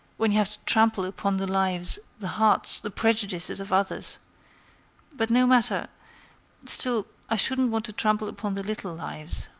when you have to trample upon the lives, the hearts, the prejudices of others but no matter still, i shouldn't want to trample upon the little lives.